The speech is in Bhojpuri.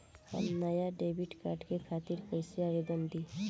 हम नया डेबिट कार्ड के खातिर कइसे आवेदन दीं?